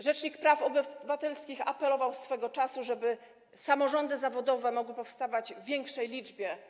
Rzecznik praw obywatelskich apelował swego czasu, żeby samorządy zawodowe mogły powstawać w większej liczbie.